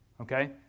Okay